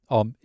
om